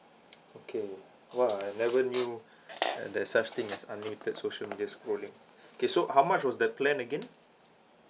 okay !wah! I never knew there's such thing as unlimited social media scrolling okay so how much was the plan again